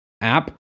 app